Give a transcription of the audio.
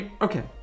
Okay